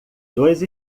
dois